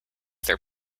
their